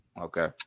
okay